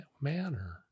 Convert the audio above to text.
manner